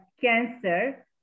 Cancer